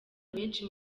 abenshi